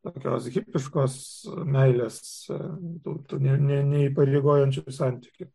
tokios hipiškos meilės tų ne neįpareigojančių santykių